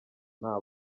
nta